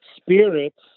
spirits